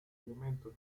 elementos